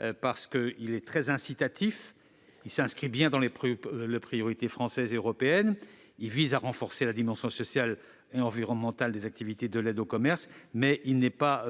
effet, elle est très incitative, elle s'inscrit bien dans les priorités françaises et européennes et elle vise à renforcer la dimension sociale et environnementale des activités de l'aide au commerce. En revanche, elle n'est pas